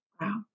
Wow